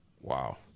Wow